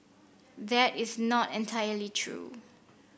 that is not entirely true